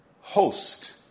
host